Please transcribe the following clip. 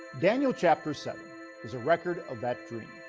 daniel chapter seven was a record of that dream.